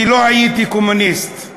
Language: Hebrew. כי לא הייתי קומוניסט,